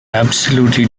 absolutely